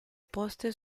poste